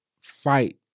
fight